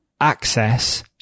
access